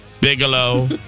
Bigelow